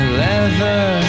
leather